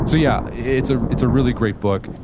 so yeah, it's ah it's a really great book.